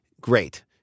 Great